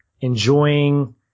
enjoying